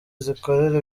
zikorera